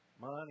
money